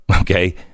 Okay